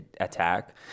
attack